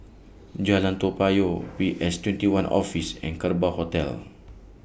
Jalan Toa Payoh P S twenty one Office and Kerbau Hotel